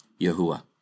Yahuwah